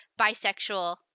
bisexual